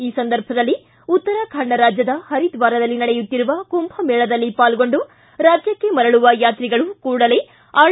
ಈ ಸಂದರ್ಭದಲ್ಲಿ ಉತ್ತರಾಖಾಂಡ ರಾಜ್ಯದ ಪರಿದ್ವಾರದಲ್ಲಿ ನಡೆಯುತ್ತಿರುವ ಕುಂಭ ಮೇಳದಲ್ಲಿ ಪಾಲ್ಗೊಂಡು ರಾಜ್ಯಕ್ಕೆ ಮರಳುವ ಯಾತ್ರಿಗಳು ಕೂಡಲೇ ಆರ್